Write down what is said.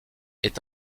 est